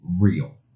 real